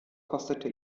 kostete